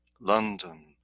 London